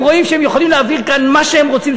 הם רואים שהם יכולים להעביר כאן מה שהם רוצים,